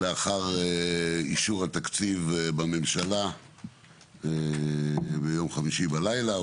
לאחר אישור התקציב בממשלה ביום חמישי בלילה,